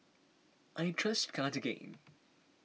I trust Cartigain